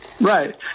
Right